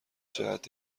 جهت